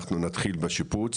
אנחנו נתחיל בשיפוץ